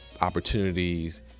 opportunities